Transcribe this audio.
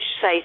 say